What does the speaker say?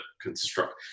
construct